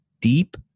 deep